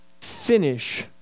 finish